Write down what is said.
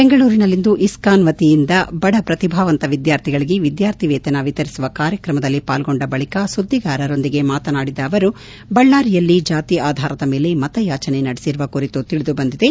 ಬೆಂಗಳೂರಿನಲ್ಲಿಂದು ಇಸ್ಕಾನ್ ವತಿಯಿಂದ ಬಡ ಪ್ರತಿಭಾವಂತ ವಿದ್ಯಾರ್ಥಿಗಳಿಗೆ ವಿದ್ಯಾರ್ಥಿವೇತನ ವಿತರಿಸುವ ಕಾರ್ಯಕ್ರಮದಲ್ಲಿ ಪಾಲ್ಗೊಂಡ ಬಳಿಕ ಸುದ್ದಿಗಾರರೊಂದಿಗೆ ಮಾತನಾಡಿದ ಅವರು ಬಳ್ಳಾರಿಯಲ್ಲಿ ಜಾತಿ ಆಧಾರದ ಮೇಲೆ ಮತಯಾಚನೆ ನಡೆಸಿರುವ ಕುರಿತು ತಿಳಿದುಬಂದಿದೆ